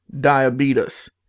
diabetes